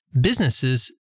businesses